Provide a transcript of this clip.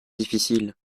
difficile